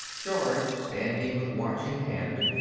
george, standing with watch in hand,